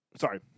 Sorry